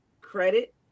credit